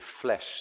flesh